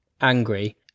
angry